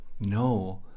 No